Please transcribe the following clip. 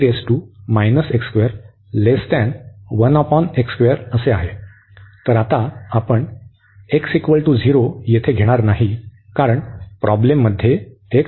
तर आता आपण x 0 येथे घेणार नाही कारण प्रॉब्लेममध्ये x 1 आहे